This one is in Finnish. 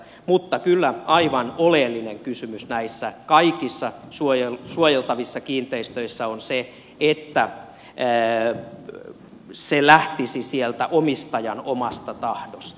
mutta kyllä aivan oleellinen kysymys näissä kaikissa suojeltavissa kiinteistöissä on se että se lähtisi sieltä omistajan omasta tahdosta